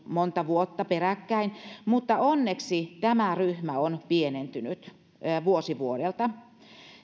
monta vuotta peräkkäin mutta onneksi tämä ryhmä on pienentynyt vuosi vuodelta